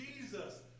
Jesus